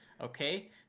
okay